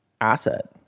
asset